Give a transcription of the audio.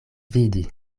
vidi